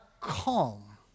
calm